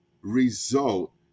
result